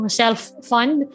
self-fund